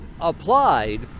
applied